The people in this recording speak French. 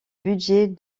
budgets